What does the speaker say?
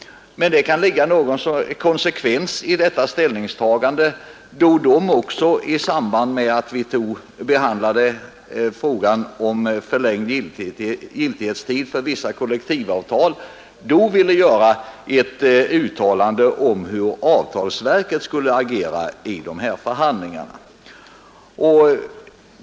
Men det kan ligga någon konsekvens i detta ställningstagande, eftersom moderata samlingspartiet i samband med att vi behandlade frågan om förlängd giltighetstid för vissa kollektivavtal ville göra ett uttalande om hur avtalsverket skulle agera i dessa förhandlingar.